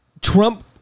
Trump